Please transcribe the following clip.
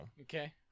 Okay